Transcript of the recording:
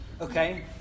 okay